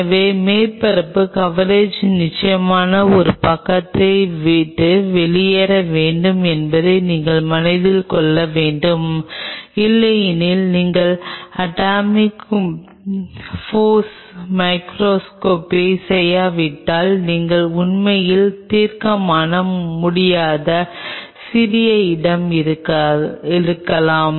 எனவே மேற்பரப்பு கவரேஜ் நிச்சயமாக ஒரு பக்கத்தை விட்டு வெளியேற வேண்டும் என்பதை நீங்கள் மனதில் கொள்ள வேண்டும் இல்லையெனில் நீங்கள் அட்டாமிக் போர்ஸ் மைகிரோஸ்கோப் செய்யாவிட்டால் நீங்கள் உண்மையில் தீர்மானிக்க முடியாத சிறிய இடம் இருக்கலாம்